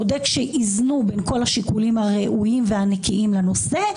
בודק שאיזנו בין כל השיקולים הראויים והנקיים לנושא,